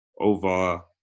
over